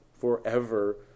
forever